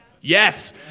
Yes